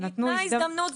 "ניתנה הזדמנות".